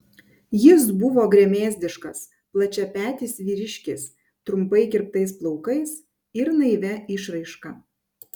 jis buvo gremėzdiškas plačiapetis vyriškis trumpai kirptais plaukais ir naivia išraiška